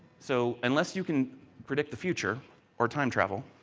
so, unless you can predict the future or time travel,